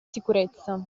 sicurezza